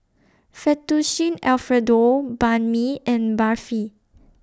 Fettuccine Alfredo Banh MI and Barfi